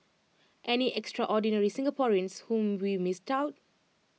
any extraordinary Singaporeans whom we missed out